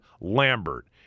Lambert